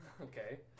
Okay